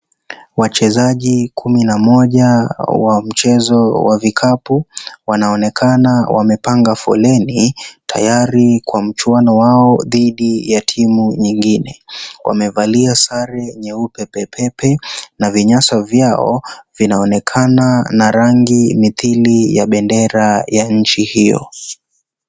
Wachezaji kumi na moja wa mchezo wa vikapu wanaonekana wamepanga foleni tayari kwa mchuano wao dhidi ya timu nyingine wamevalia sare nyeupe pepepe na vinyasa vyao vinaonekana na rangi mithili ya bendera ya nchi hiyo.